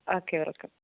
okay welcome